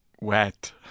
wet